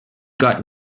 got